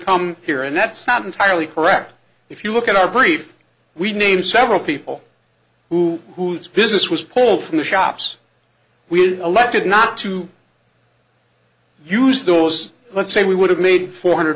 come here and that's not entirely correct if you look at our brief we name several people who whose business was pulled from the shops we elected not to use those but say we would have made four hundred